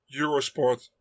eurosport